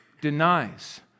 denies